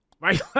right